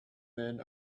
men